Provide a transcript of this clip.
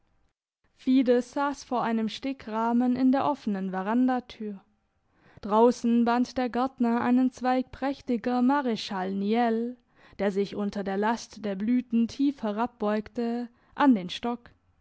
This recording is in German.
fides sass vor einem stickrahmen in der offenen verandatür draussen band der gärtner einen zweig prächtiger marchal niel der sich unter der last der blüten tief herabbeugte an den stock